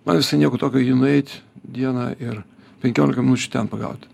man visai nieko tokio į jį nueit dieną ir penkiolika minučių ten pagaut